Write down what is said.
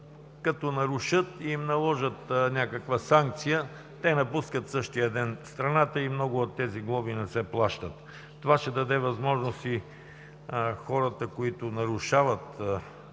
като нарушат и им наложат някаква санкция, те напускат същия ден страната и много от тези глоби не се плащат. Това ще даде възможност и на хората, които нарушават,